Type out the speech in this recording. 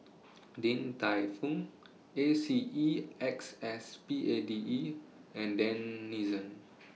Din Tai Fung A C E X S P A D E and Denizen